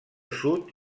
sud